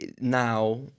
now